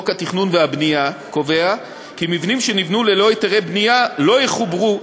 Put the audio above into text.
חוק התכנון והבנייה קובע כי מבנים שנבנו ללא היתרי בנייה לא יחוברו